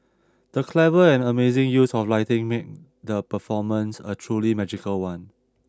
the clever and amazing use of lighting made the performance a truly magical one